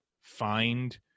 find